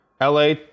LA